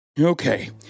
Okay